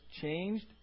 changed